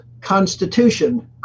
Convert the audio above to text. Constitution